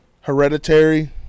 Hereditary